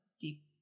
deep